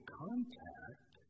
contact